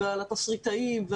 על התסריטאים.